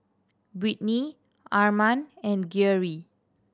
Britny Arman and Geary